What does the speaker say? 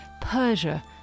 Persia